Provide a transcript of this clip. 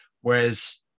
whereas